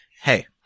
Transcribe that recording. Hey